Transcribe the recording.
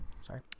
sorry